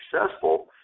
successful